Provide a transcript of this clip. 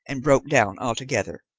and broke down altogether.